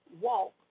walk